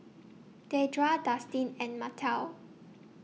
Deidra Dustin and Martell